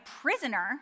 prisoner